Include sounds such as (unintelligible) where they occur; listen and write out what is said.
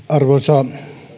(unintelligible) arvoisa